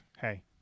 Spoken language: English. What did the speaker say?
Hey